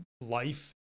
life